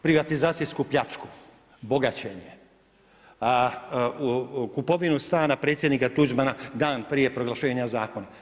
Privatizacijsku pljačku, bogačenje, kupovinu stana predsjednika Tuđmana dan prije proglašenja Zakona.